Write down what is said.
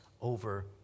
over